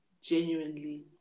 genuinely